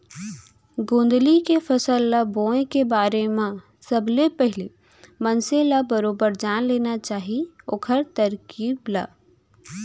गोंदली के फसल ल बोए के बारे म सबले पहिली मनसे ल बरोबर जान लेना चाही ओखर तरकीब ल